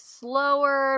slower